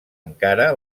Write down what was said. encara